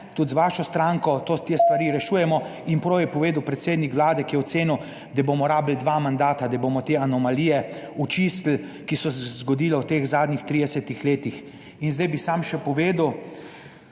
tudi z vašo stranko, te stvari rešujemo in prav je povedal predsednik Vlade, ki je ocenil, da bomo rabili dva mandata, da bomo te anomalije očistili, ki so se zgodile v teh zadnjih 30 letih. In zdaj bi samo še povedal,